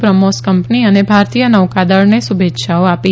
BrahMos company અને ભારતીય નૌકાદળને શુભેચ્છાઓ આપી